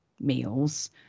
meals